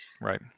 Right